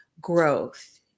growth